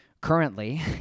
currently